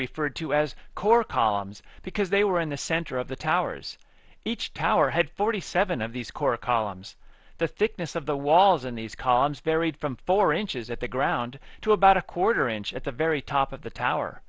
referred to as core columns because they were in the center of the towers each tower had forty seven of these core columns the thickness of the walls in these columns varied from four inches at the ground to about a quarter inch at the very top of the tower